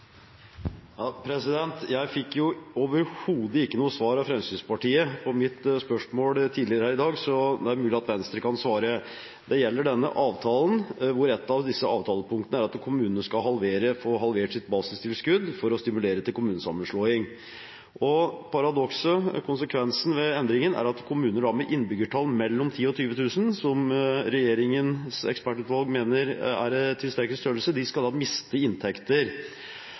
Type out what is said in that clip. Jeg fikk overhodet ikke noe svar av Fremskrittspartiet på mitt spørsmål tidligere i dag – det er mulig at Venstre kan svare. Det gjelder avtalen, hvor et av avtalepunktene er at kommunene skal få halvert sitt basistilskudd for å stimulere til kommunesammenslåing. Paradokset med og konsekvensen av endringen er at kommuner med et innbyggertall mellom 10 000 og 20 000, som regjeringens ekspertutvalg mener er tilstrekkelig størrelse, skal miste inntekter.